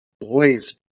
boys